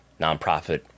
nonprofit